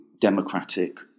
Democratic